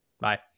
bye